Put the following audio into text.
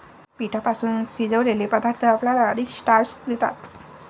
पिठापासून शिजवलेले पदार्थ आपल्याला अधिक स्टार्च देतात